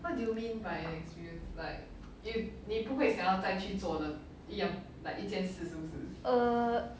err